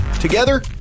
Together